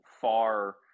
far